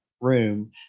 room